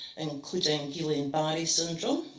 including guillain-barre syndrome,